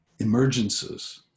emergences